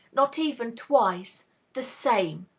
not even twice the same!